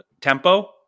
tempo